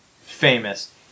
famous